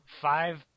Five